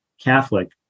Catholic